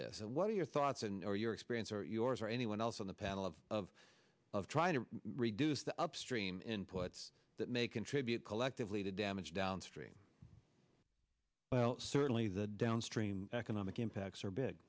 this what are your thoughts and or your experience or yours or anyone else on the panel of of trying to reduce the upstream inputs that may contribute collectively to damage downstream well certainly the downstream economic impacts are big